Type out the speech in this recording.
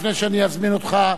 לפני שאני אזמין אותך,